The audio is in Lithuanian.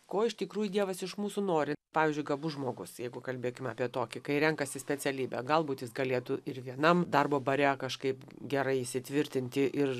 ko iš tikrųjų dievas iš mūsų nori pavyzdžiu gabus žmogus jeigu kalbėkim apie tokį kai renkas specialybę galbūt jis galėtų ir vienam darbo bare kažkaip gerai įsitvirtinti ir